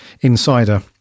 Insider